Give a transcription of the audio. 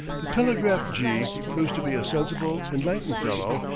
the telegraph-jee proves to be a sensible, enlightened fellow,